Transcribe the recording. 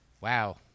Wow